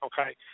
Okay